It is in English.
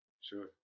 Sure